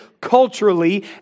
culturally